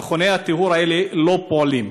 מכוני הטיהור האלה לא פועלים.